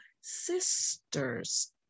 sisters